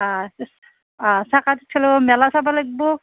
অঁ চাকাত উঠিব লাগিব মেলা চাব লাগিব